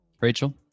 Rachel